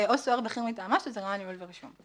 או סוהר בכיר מטעמו, שזה רע"ן ניהול ורישום.